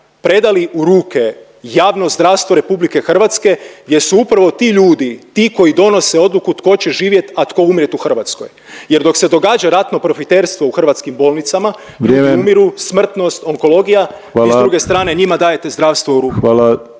predali u ruke javno zdravstvo Republike Hrvatske gdje su upravo ti ljudi, ti koji donose odluku tko će živjet, a tko umrijet u Hrvatskoj. Jer dok se događa ratno profiterstvo u hrvatskim bolnicama, ljudi umiru, … …/Upadica Penava: Vrijeme!/… …